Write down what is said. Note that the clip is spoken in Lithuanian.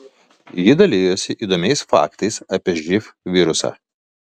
ji dalijosi įdomiais faktais apie živ virusą